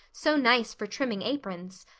so nice for trimming aprons.